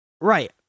Right